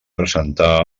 presentar